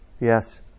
Yes